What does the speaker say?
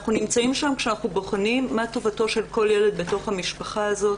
אנחנו נמצאים שם כשאנחנו בוחנים מהי טובתו של כל ילד בתוך המשפחה הזאת.